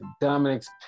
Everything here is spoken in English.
Dominic's